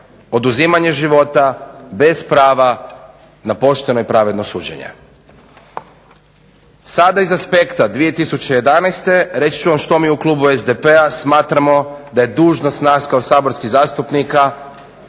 oduzimanje života bez prava na pošteno i pravedno suđenje. Sada iz aspekta 2011. reći ću vam što mi u klubu SDP-a smatramo da je dužnost nas kao saborskih zastupnika